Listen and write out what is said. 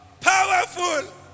powerful